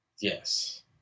Yes